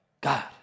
God